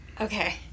Okay